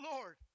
Lord